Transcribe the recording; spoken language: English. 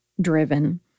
driven